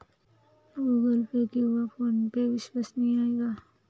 Google Pay किंवा PhonePe विश्वसनीय आहेत का?